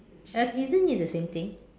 at~ isn't it the same thing